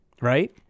Right